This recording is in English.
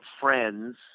Friends